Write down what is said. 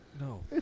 No